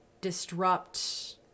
disrupt